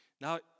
Now